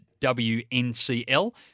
WNCL